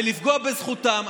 לפגוע בזכותם.